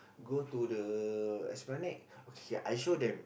go to the Esplanade okay K K I show them